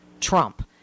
Trump